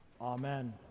Amen